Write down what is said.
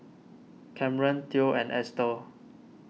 Camren theo and Ester